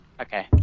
Okay